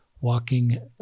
walking